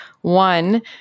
One